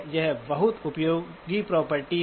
यह बहुत उपयोगी प्रॉपर्टी है